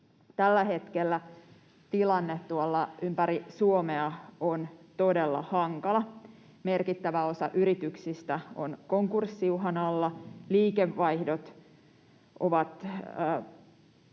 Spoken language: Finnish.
Tällä hetkellä tilanne ympäri Suomea on todella hankala. Merkittävä osa yrityksistä on konkurssiuhan alla, liikevaihdot ovat